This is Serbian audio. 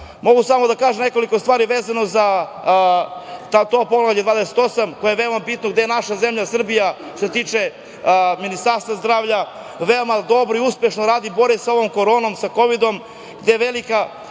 samo da kažem nekoliko stvari vezano za Poglavlje 28, koje je veoma bitno, gde je naša zemlja Srbija, a tiče se Ministarstva zdravlja koje veoma dobro i uspešno radi i bori se sa koronom, sa Kovidom, gde veliku